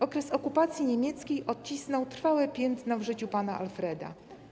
Okres okupacji niemieckiej odcisnął trwałe piętno w życiu pana Alfreda.